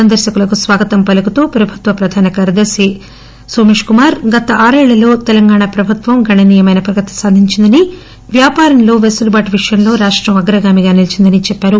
సందర్పకులకు స్వాగతం పలుకుతూ ప్రభుత్వ ప్రధాన కార్యదర్శి సోమేష్ కుమార్ గత ఆరేళ్లలో తెలంగాణ ప్రభుత్వం గణనీయమైన ప్రగతి సాధించిందనీ వ్యాపారంలో వెసులుబాటు విషయంలో రాష్టం అగ్రగామిగా నిలీచిందని చెప్పారు